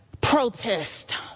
protest